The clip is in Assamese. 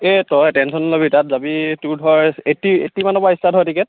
এই তই টেনশ্যন নল'বি তাত যাবি তোৰ ধৰ এইটটি এইটটি মানৰ পৰা ষ্টাৰ্ট হয় টিকেট